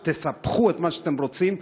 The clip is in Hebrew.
תספחו את מה שאתם רוצים,